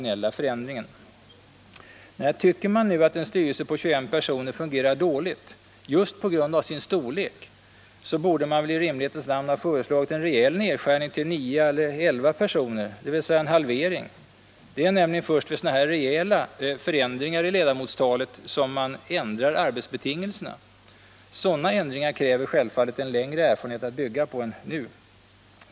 Nej, tycker man att en styrelse på 21 personer fungerar dåligt just på grund av sin storlek, så borde man väl i rimlighetens namn ha föreslagit en rejäl nedskärning till 9 å 11 personer, dvs. en halvering. Det är nämligen först vid rejäla förändringar i ledamotsantalet som man ändrar arbetsbetingelserna. Sådana ändringar kräver självfallet en längre erfarenhet att bygga på.